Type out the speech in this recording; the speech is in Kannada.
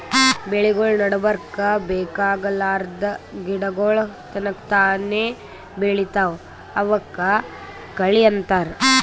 ಬೆಳಿಗೊಳ್ ನಡಬರ್ಕ್ ಬೇಕಾಗಲಾರ್ದ್ ಗಿಡಗೋಳ್ ತನಕ್ತಾನೇ ಬೆಳಿತಾವ್ ಅವಕ್ಕ ಕಳಿ ಅಂತಾರ